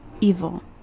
evil